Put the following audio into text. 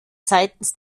seitens